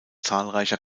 zahlreicher